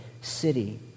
city